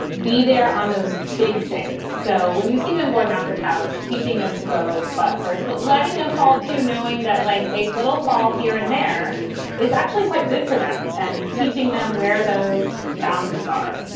be there on those big things. so when you see them going off the couch, teaching them to go. but first. but letting them fall to knowing that like a little fall here in there is actually quite good for them and teaching them where those boundaries are.